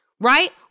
right